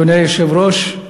אדוני היושב-ראש,